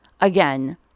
Again